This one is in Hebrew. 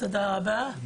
תודה רבה,